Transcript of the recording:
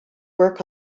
work